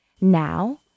Now